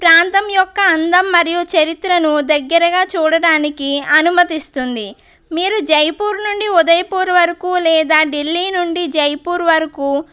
ప్రాంతం యొక్క అందం మరియు చరిత్రను దగ్గరగా చూడడానికి అనుమతిస్తుంది మీరు జైపూరు నుండి ఉదయపూరు వరకు లేదా ఢిల్లీ నుండి జైపూర్ వరకు